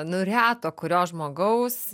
nu reto kurio žmogaus